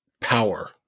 power